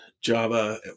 Java